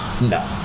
No